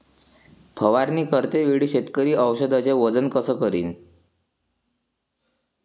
फवारणी करते वेळी शेतकरी औषधचे वजन कस करीन?